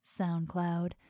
SoundCloud